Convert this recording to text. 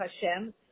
Hashem